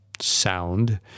sound